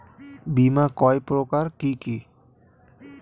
বীমা কয় প্রকার কি কি?